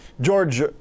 George